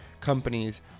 companies